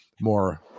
more